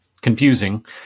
confusing